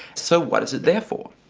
so what is it there for?